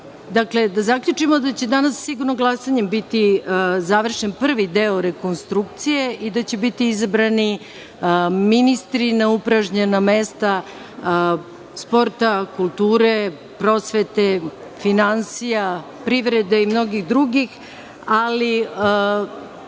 većine. Da zaključimo da će danas sigurno glasanjem biti završen prvi deo rekonstrukcije i da će biti izabrani ministri na upražnjena mesta sporta, kulture, prosvete, finansija, privrede i mnogih drugih, ali